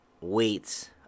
weights